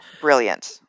Brilliant